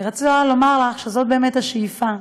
אני רציתי רק לומר לך שזאת באמת השאיפה.